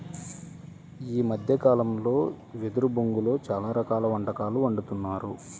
ఈ మద్దె కాలంలో వెదురు బొంగులో చాలా రకాల వంటకాలు వండుతున్నారు